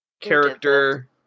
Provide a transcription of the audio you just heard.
Character